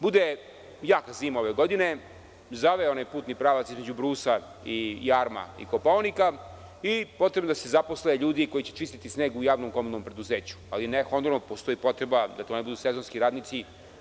Bude jaka zima ove godine, zaveje onaj putni pravac između Brusa i Jarma i Kopaonika i potrebno je da se zaposle ljudi koji će čistiti sneg u javnom komunalnom preduzeću, ali ne honorarno postoji potreba da to ne budu sezonski radnici.